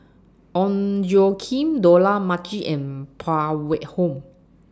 Ong Tjoe Kim Dollah Majid and Phan Wait Hong